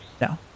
No